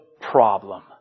problem